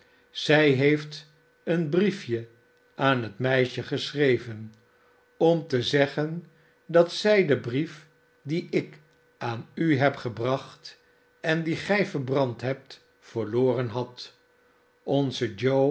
zij heeft een briefje aan het meisje geschreven om te zeggen dat zij den brief dien ik aan u heb gebracht en dien gij verbrand hebt verloren had onze